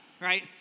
Right